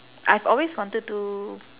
I've always wanted to